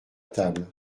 table